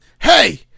Hey